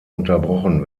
unterbrochen